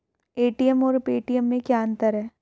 ATM और Paytm में क्या अंतर है?